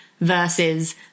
versus